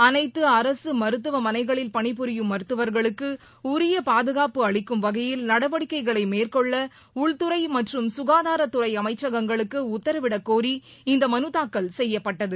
அனைத்து அரசு மருத்துவமனைகளில் பணிபுரியும் மருத்துவர்களுக்கு உரிய பாதுகாப்பு அளிக்கும் வகையில் நடவடிக்கைகளை மேற்கொள்ள உள்துறை மற்றும் சுகாதாரத்துறை அமைச்சகங்களுக்கு உத்தரவிடக்கோரி இந்த மனு தாக்கல் செய்யப்பட்டது